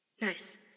Nice